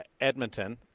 Edmonton